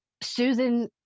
Susan